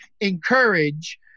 encourage